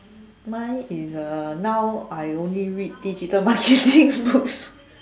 mine is uh now I only read digital marketing book